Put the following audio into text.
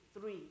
three